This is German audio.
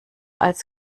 als